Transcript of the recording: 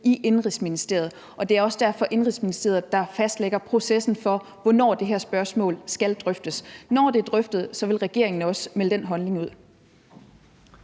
Sundhedsministeriet. Det er derfor også Indenrigs- og Sundhedsministeriet, der fastlægger processen for, hvornår det her spørgsmål skal drøftes. Når det er drøftet, vil regeringen også melde den holdning ud.